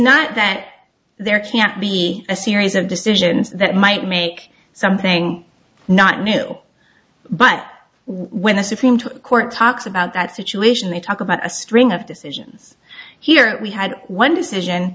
not that there can't be a series of decisions that might make something not nil but when the supreme court talks about that situation we talk about a string of decisions here we had one decision